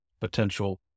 potential